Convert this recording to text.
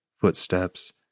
footsteps